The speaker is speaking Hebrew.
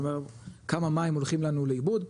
כלומר כמה מים הולכים לנו לאיבוד,